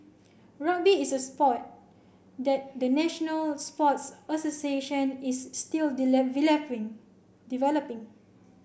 rugby is a spoil that the national sports association is still developing